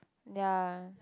ya